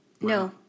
No